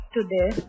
today